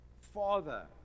Father